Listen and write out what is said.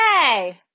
hey